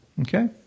Okay